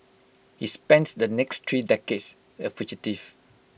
he spent the next three decades A fugitive